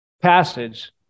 passage